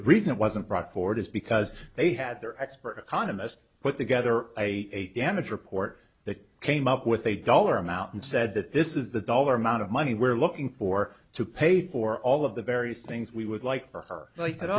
it wasn't brought forward is because they had their expert economist put together a damage report that came up with a dollar amount and said that this is the dollar amount of money we're looking for to pay for all of the various things we would like for her